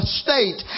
state